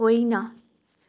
होइन